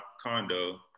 condo